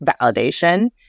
validation